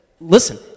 listen